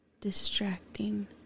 distracting